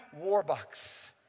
Warbucks